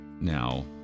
Now